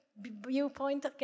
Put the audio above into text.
viewpoint